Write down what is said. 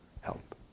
help